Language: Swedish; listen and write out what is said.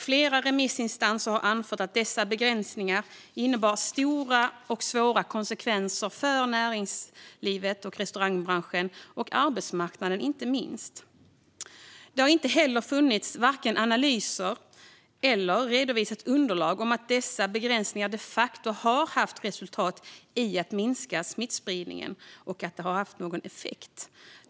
Flera remissinstanser har anfört att dessa begränsningar innebar stora och svåra konsekvenser för näringslivet, restaurangnäringen och, inte minst, arbetsmarknaden. Det har heller inte funnits analyser eller redovisats underlag som visar att dessa begränsningar de facto har haft resultat när det gäller att minska smittspridningen eller att de har haft effekt.